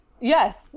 Yes